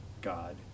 God